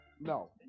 No